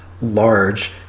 large